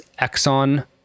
Exxon